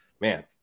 man